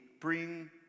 bring